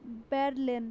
Berlin